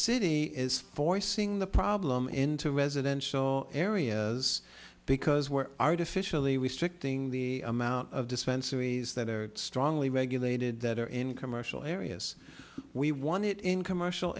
city is forcing the problem into residential areas because we're artificially restricting the amount of dispensaries that are strongly regulated that are in commercial areas we want it in commercial